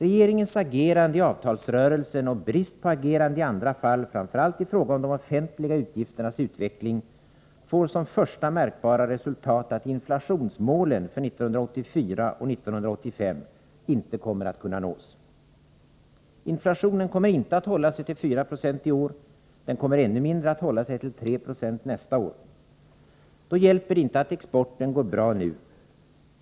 Regeringens agerande i avtalsrörelsen och brist på agerande i andra fall, framför allt i fråga om de offentliga utgifternas utveckling, får som första märkbara resultat att inflationsmålen för 1984 och 1985 inte kommer att kunna nås. Inflationen kommer inte att hålla sig till 4 90 i år, och den kommer än mindre att hålla sig till 3 20 nästa år. Då hjälper det inte att exporten går bra nu.